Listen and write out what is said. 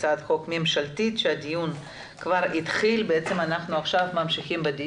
הצעת חוק ממשלתית בה הדיון כבר התחיל ועכשיו אנחנו ממשיכים בו.